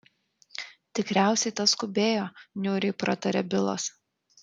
tikriausiai tas skubėjo niūriai pratarė bilas